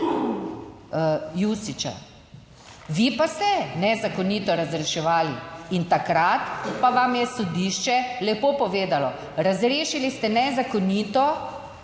Jušić, vi pa ste nezakonito razreševali in takrat pa vam je sodišče lepo povedalo, razrešili ste nezakonito